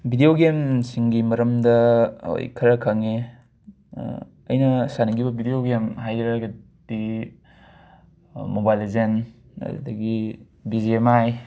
video ꯒꯦꯝꯁꯤꯡꯒꯤ ꯃꯔꯝꯗ ꯍꯣꯏ ꯈꯔ ꯈꯡꯉꯦ ꯑꯩꯅ ꯁꯥꯅꯈꯤꯕ ꯕꯤꯗ꯭ꯌꯣ ꯒꯦꯝ ꯍꯥꯏꯔꯒꯗꯤ ꯃꯣꯕꯥꯏꯜ ꯂꯤꯖꯦꯟ ꯑꯗꯨꯗꯒꯤ ꯕꯤ ꯖꯤ ꯑꯦꯝ ꯑꯥꯏ